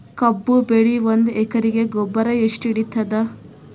ಕಬ್ಬು ಬೆಳಿ ಒಂದ್ ಎಕರಿಗಿ ಗೊಬ್ಬರ ಎಷ್ಟು ಹಿಡೀತದ?